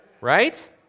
Right